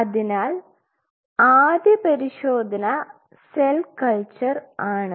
അതിനാൽ ആദ്യ പരിശോധന സെൽ കൾച്ചർ ആണ്